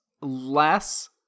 less